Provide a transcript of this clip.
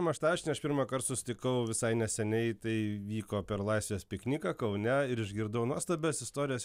maštavičienę aš pirmąkart susitikau visai neseniai tai vyko per laisvės pikniką kaune ir išgirdau nuostabias istorijas